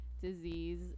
disease